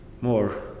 more